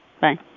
Bye